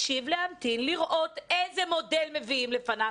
להקשיב ולבדוק איזה מודל מביאים לפניו